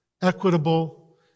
equitable